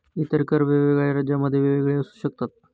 इतर कर वेगवेगळ्या राज्यांमध्ये वेगवेगळे असू शकतात